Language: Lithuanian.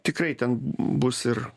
tikrai ten bus ir